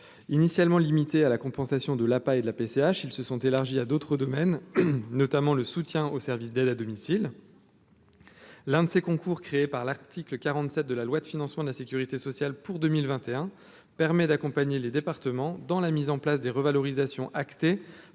initialement limitée à la compensation de la paille de la PCH, ils se sont élargies à d'autres domaines, notamment le soutien au service d'aide à domicile, l'un de ces concours créé par l'article 47 de la loi de financement de la Sécurité sociale pour 2021 permet d'accompagner les départements dans la mise en place des revalorisations actée